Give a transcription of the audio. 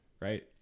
right